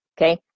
Okay